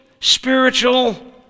spiritual